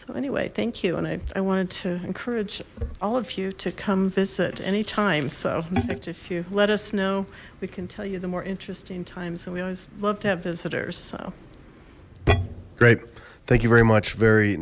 so anyway thank you and i wanted to encourage all of you to come visit anytime so in fact if you let us know we can tell you the more interesting time so we always love to have visitors so great thank you very much very